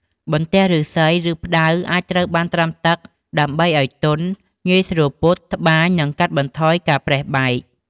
បន្ទះឫស្សី ឬផ្តៅអាចត្រូវបានត្រាំទឹកដើម្បីឱ្យវាទន់ ងាយស្រួលពត់ ត្បាញ និងកាត់បន្ថយការប្រេះបែក។